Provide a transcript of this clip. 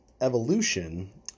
evolution